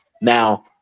Now